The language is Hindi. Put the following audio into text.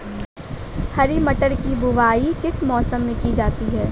हरी मटर की बुवाई किस मौसम में की जाती है?